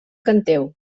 canteu